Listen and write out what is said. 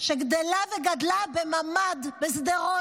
שגדלה בממ"ד בשדרות,